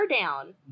down